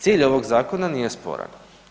Cilj ovog zakona nije sporan.